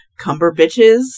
Cumberbitches